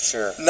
Sure